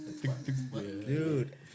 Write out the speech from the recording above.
dude